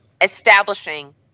establishing